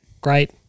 Great